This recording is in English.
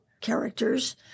characters